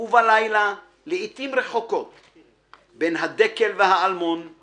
ובלילה לעיתים רחוקות/ בין הדקל והאלמון/